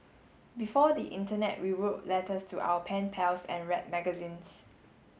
before the internet we wrote letters to our pen pals and read magazines